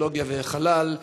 הטכנולוגיה והחלל,